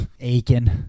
aching